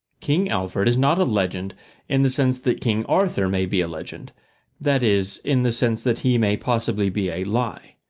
king alfred is not a legend in the sense that king arthur may be a legend that is, in the sense that he may possibly be a lie.